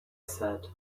said